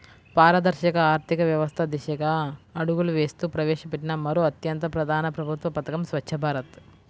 పారదర్శక ఆర్థిక వ్యవస్థ దిశగా అడుగులు వేస్తూ ప్రవేశపెట్టిన మరో అత్యంత ప్రధాన ప్రభుత్వ పథకం స్వఛ్చ భారత్